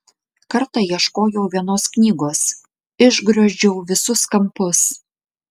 kartą ieškojau vienos knygos išgriozdžiau visus kampus